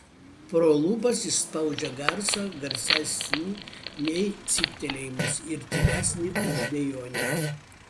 pro lūpas išspaudžia garsą garsesnį nei cyptelėjimas ir tylesnį už dejonę